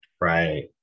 right